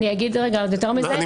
אגיד עוד יותר מזה, אני